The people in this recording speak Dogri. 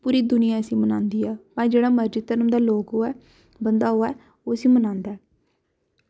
पूरी दूनियां इस्सी मनांदी ऐ हर जेह्ड़ा धर्म दा लोग होऐ बंदा होऐ उस्सी मनांदा ऐ